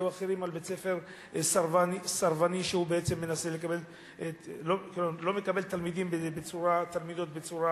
או אחרים לבית-ספר סרבני שלא מקבל תלמידות בצורה